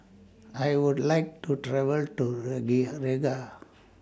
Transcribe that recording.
I Would like to travel to Riga